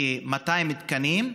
כ-200 תקנים,